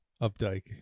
Updike